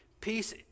Peace